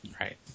Right